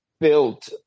built